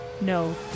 no